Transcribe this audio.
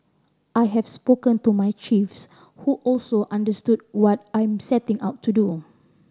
I have spoken to my chiefs who also understood what I'm setting out to do